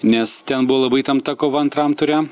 nes ten buvo labai įtempta kova antram ture